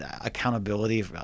accountability